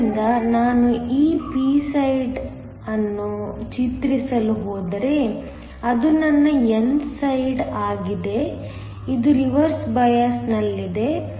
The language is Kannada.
ಆದ್ದರಿಂದ ನಾನು ಈ p ಸೈಡ್ ಅನ್ನು ಚಿತ್ರಿಸಲು ಹೋದರೆ ಅದು ನನ್ನ n ಸೈಡ್ ಆಗಿದೆ ಇದು ರಿವರ್ಸ್ ಬಯಾಸ್ನಲ್ಲಿದೆ